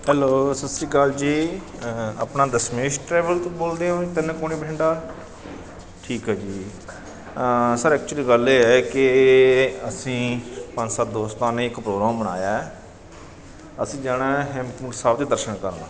hello ਸਤਿ ਸ਼੍ਰੀ ਅਕਾਲ ਜੀ ਆਪਣਾ ਦਸ਼ਮੇਸ਼ ਟ੍ਰੈਵਲ ਤੋਂ ਬੋਲਦੇ ਓਂ ਤਿੰਨਕੋਣੇ ਬਠਿੰਡਾ ਠੀਕ ਹੈ ਜੀ ਸਰ ਐਕਚੁਲੀ ਗੱਲ ਇਹ ਹੈ ਕਿ ਅਸੀਂ ਪੰਜ ਸੱਤ ਦੋਸਤਾਂ ਨੇ ਇੱਕ ਪ੍ਰੋਗਰਾਮ ਬਣਾਇਆ ਹੈ ਅਸੀਂ ਜਾਣਾ ਹੈ ਹੇਮਕੁੰਟ ਸਾਹਿਬ ਦੇ ਦਰਸ਼ਨ ਕਰਨ